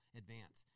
advance